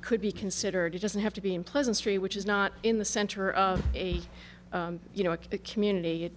could be considered it doesn't have to be unpleasant street which is not in the center of you know a community